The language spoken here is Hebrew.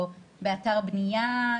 או באתר בנייה,